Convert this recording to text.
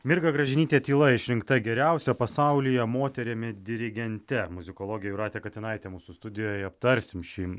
mirga gražinytė tyla išrinkta geriausia pasaulyje moterimi dirigente muzikologė jūratė katinaitė mūsų studijoje aptarsim šį